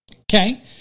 okay